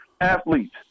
athletes